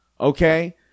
okay